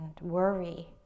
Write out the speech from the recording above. worry